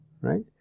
right